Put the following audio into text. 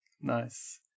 Nice